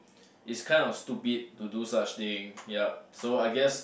is kind of stupid to do such thing ya so I guess